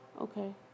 Okay